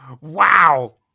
wow